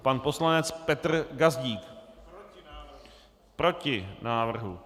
Pan poslanec Petr Gazdík: Proti návrhu.